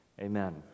amen